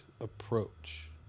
approach